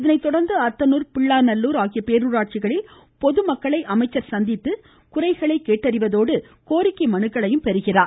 இதனை தொடர்ந்து அத்தனூர் பிள்ளாநல்லூர் ஆகிய பேரூராட்சிகளில் பொதுமக்களை அமைச்சர் சந்தித்து குறைகளை கேட்டறிவதோடு கோரிக்கை மனுக்களையும் அவர் பெற்றுக்கொள்கிறார்